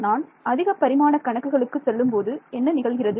நான் அதிக பரிமாண கணக்குகளுக்கு செல்லும்போது என்ன நிகழ்கிறது